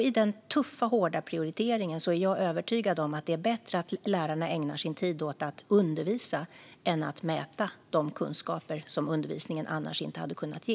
I den tuffa och hårda prioriteringen är jag övertygad om att det är bättre att lärarna ägnar sin tid åt att undervisa än åt att mäta de kunskaper som undervisningen annars inte hade kunnat ge.